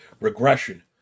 regression